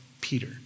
Peter